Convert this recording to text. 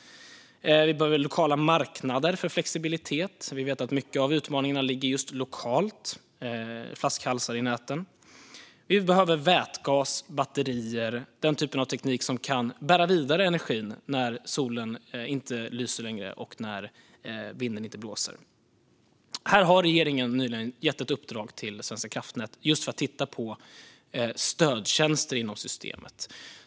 Vi behöver lokala marknader för flexibilitet. Vi vet att mycket av utmaningarna är lokala flaskhalsar i näten. Vi behöver vätgas och batterier, den typen av teknik som kan bära vidare energin när solen inte lyser och vinden inte blåser. Regeringen har nyligen gett Svenska kraftnät i uppdrag att titta på just stödtjänster inom systemet.